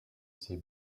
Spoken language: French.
ses